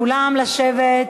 כולם לשבת.